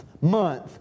month